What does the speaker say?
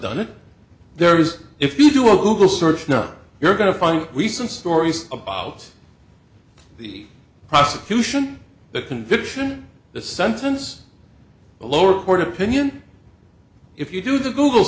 done it there is if you do a google search now you're going to find some stories about the prosecution the conviction the sentence a lower court opinion if you do the google